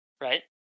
right